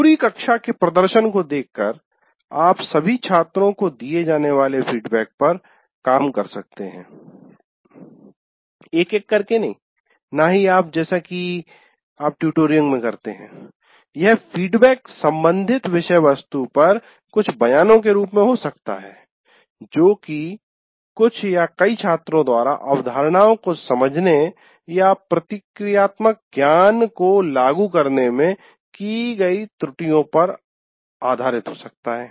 पूरी कक्षा के प्रदर्शन को देखकर आप सभी छात्रों को दिए जाने वाले फीडबैक पर काम कर सकते हैं एक एक करके नहीं न ही आप जैसा की आप ट्यूटरिंग में करते है यह फीडबैक संबंधित विषय वस्तु पर कुछ बयानों के रूप में हो सकता है जो की कुछ या कई छात्रों द्वारा अवधारणाओं को समझने या प्रक्रियात्मक ज्ञान को लागू करने में की गई त्रुटियों पर हो सकता है